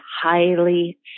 highly